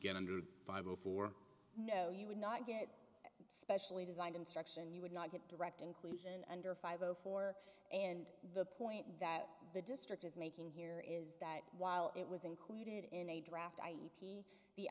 get under five zero for no you would not get specially designed instruction you would not get direct inclusion under five zero four and the point that the district is making here is that while it was included in a draft i e p the